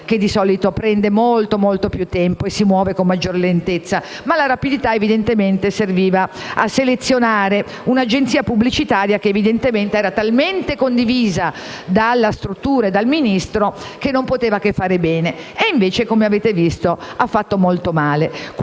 che di solito prende molto più tempo e si muove con maggior lentezza; evidentemente la rapidità serviva a selezionare un'agenzia pubblicitaria che era talmente condivisa dalla struttura e dal Ministro che non poteva che fare bene e invece - come avete visto - ha fatto molto male.